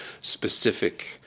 specific